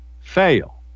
fail